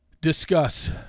discuss